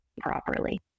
properly